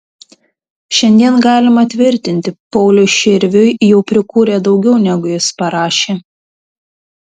šiandien galima tvirtinti pauliui širviui jau prikūrė daugiau negu jis parašė